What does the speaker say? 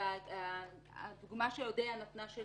הדוגמה שאודיה נתנה,